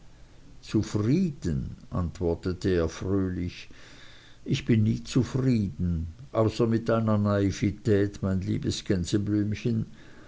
zufrieden antwortete er fröhlich ich bin nie zufrieden außer mit deiner naivität mein